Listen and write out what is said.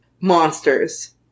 monsters